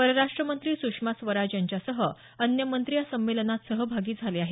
परराष्ट्रमंत्री सुषमा स्वराज यांच्यासह अन्य मंत्री या संमेलनात सहभागी झाले आहेत